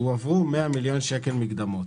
הועברו 100 מיליון מקדמות.